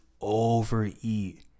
overeat